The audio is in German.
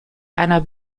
einer